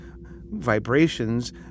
vibrations